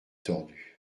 tordus